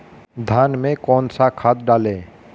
धान में कौन सा खाद डालें?